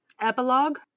Epilogue